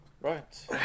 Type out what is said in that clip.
Right